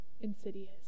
Insidious